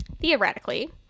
theoretically